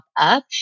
up